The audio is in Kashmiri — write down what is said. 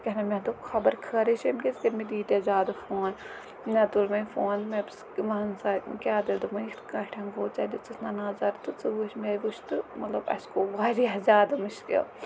کینٛہہ تانۍ مےٚ دوٚپ خبر خٲرٕے چھےٚ أمۍ کیٛازِ کٔرۍ مٕتۍ ییٖتیٛاہ زیادٕ فون مےٚ تُل وۄنۍ فون مےٚ پِرٛژھ وَن سا کیٛاہ دٔلیٖل دوٚپمَے یِتھ کٔٹھٮ۪ن گوٚو ژےٚ دِژٕتھ نہ نظر تہٕ وٕچھ مےٚ وٕچھ تہٕ مطلب اَسہِ گوٚو واریاہ زیادٕ مُشکل